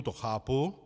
To chápu.